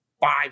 five